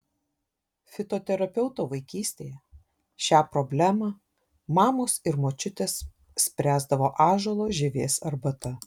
fitoterapeuto vaikystėje šią problemą mamos ir močiutės spręsdavo ąžuolo žievės arbata